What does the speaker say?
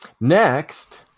Next